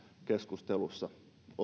keskustelussa